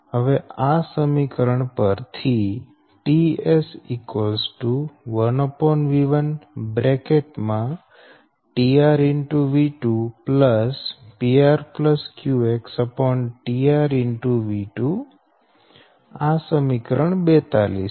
હવે આ સમીકરણ પરથી ts 1|V1| tR |V2|PR QXtR |V2| આ સમીકરણ 42 છે